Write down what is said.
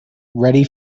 ready